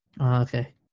Okay